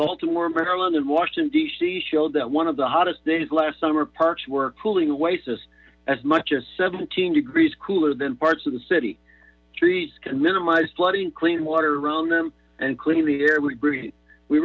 baltimore maryland and washington d c showed that one of the hottest days last summer parks were cooling wastes as much as seventeen degrees cooler than parts of the city trees can minimize flooding clean water around them and clean the air we